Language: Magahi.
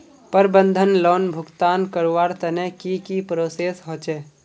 प्रबंधन लोन भुगतान करवार तने की की प्रोसेस होचे?